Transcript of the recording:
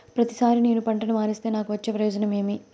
ప్రతిసారి నేను పంటను మారిస్తే నాకు వచ్చే ప్రయోజనం ఏమి?